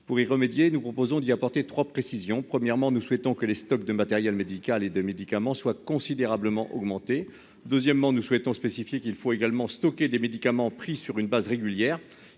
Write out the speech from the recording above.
Pour y remédier. Nous proposons d'y apporter 3 précisions, premièrement, nous souhaitons que les stocks de matériel médical et de médicaments soient considérablement augmenté. Deuxièmement, nous souhaitons spécifié qu'il faut également stocker des médicaments pris sur une base régulière.